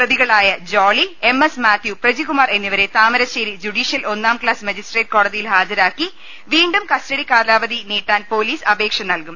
പ്രതികളായ Jolly M S Mathew Prajikumar എന്നിവരെ Thamarassery judicial ഒന്നാം ക്ലാസ് മജിസ്ട്രേറ്റ് കോടതിയിൽ ഹാജരാക്കി വീണ്ടും കസ്റ്റ ഡി കാലാവധി നീട്ടാൻ പൊലീസ് അപേക്ഷ നൽകും